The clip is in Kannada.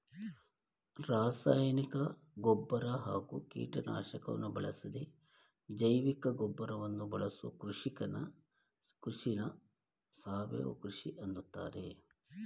ರಾಸಾಯನಿಕ ಗೊಬ್ಬರ ಹಾಗೂ ಕೀಟನಾಶಕವನ್ನು ಬಳಸದೇ ಜೈವಿಕಗೊಬ್ಬರವನ್ನು ಬಳಸೋ ಕೃಷಿನ ಸಾವಯವ ಕೃಷಿ ಅಂತಾರೆ